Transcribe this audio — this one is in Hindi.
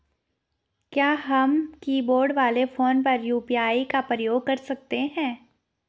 क्या हम कीबोर्ड वाले फोन पर यु.पी.आई का प्रयोग कर सकते हैं?